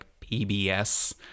PBS